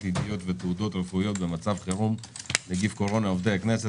ידיעות ותעודות רפואיות במצב חירום נגיףהקורונה)(עובדי הכנסת),